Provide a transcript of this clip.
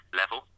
level